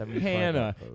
Hannah